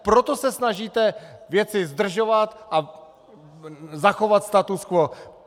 Proto se snažíte věci zdržovat a zachovat status quo.